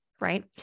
Right